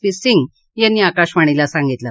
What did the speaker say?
P Singh यांनी आकाशवाणीला सांगितलं